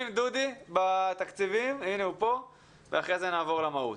נתחיל עם דודי בתקציבים ואחרי זה נעבור למהות.